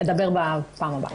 אדבר בפעם הבאה.